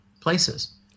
places